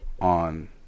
on